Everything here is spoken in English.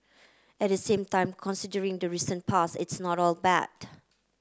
at the same time considering the recent past it's not all bad